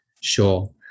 Sure